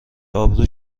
ابرو